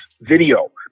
video